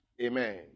Amen